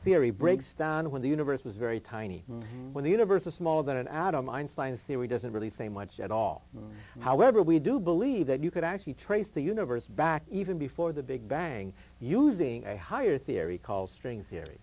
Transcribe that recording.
theory breaks down when the universe was very tiny when the universe a small than an atom einstein's theory doesn't really say much at all however we do believe that you could actually trace the universe back even before the big bang using a higher theory called string